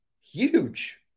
Huge